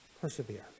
Persevere